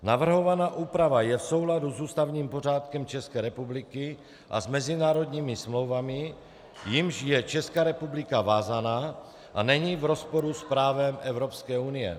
Navrhovaná úprava je v souladu s ústavním pořádkem České republiky a s mezinárodními smlouvami, jimiž je Česká republika vázána, a není v rozporu s právem Evropské unie.